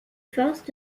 forces